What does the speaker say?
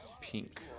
pink